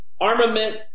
armament